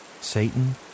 Satan